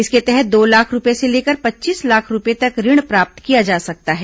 इसके तहत दो लाख रूपये से लेकर पच्चीस लाख रूपये तक ऋण प्राप्त किया जा सकता है